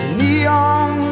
neon